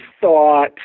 thought